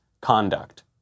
conduct